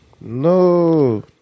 No